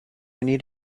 need